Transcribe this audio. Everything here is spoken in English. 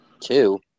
Two